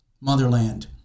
Motherland